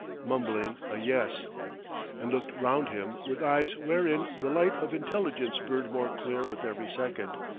mumbling a yes and looked round him with eyes wherein the light of intelligence burned more clear with every second.